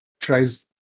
tries